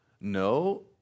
No